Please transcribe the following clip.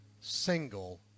single